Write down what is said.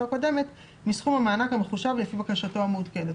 הקודמת מסכום המענק המחושב לפי בקשתו המעודכנת".